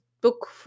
book